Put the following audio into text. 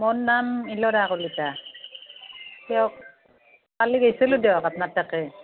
মোৰ নাম ইলোৰা কলিতা দিয়ক কালি গৈছিলোঁ দিয়ক আপোনাৰ তাতে